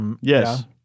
Yes